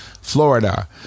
Florida